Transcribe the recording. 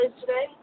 today